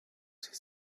gibt